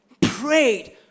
prayed